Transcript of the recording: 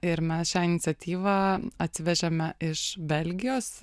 ir mes šią iniciatyvą atsivežėme iš belgijos